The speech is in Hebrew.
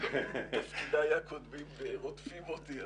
שהם --- תפקידיי הקודמים רודפים אותי.